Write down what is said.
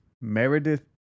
meredith